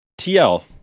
TL